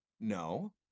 no